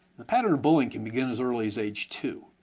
the pattern of bullying can begin as early as age two,